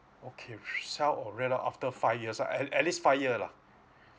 okay sell or rent out after five years uh at at least five year lah